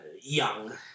young